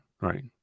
Right